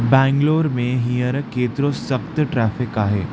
बेंगलौर में हींअर केतिरो सख़्तु ट्रेफ़िक आहे